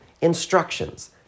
instructions